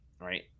right